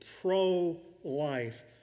pro-life